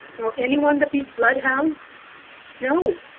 nor any one but these bloodhounds no!